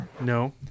No